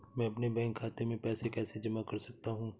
मैं अपने बैंक खाते में पैसे कैसे जमा कर सकता हूँ?